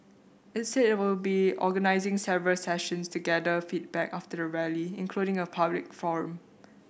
it said it will be organising several sessions to gather feedback after the Rally including a public forum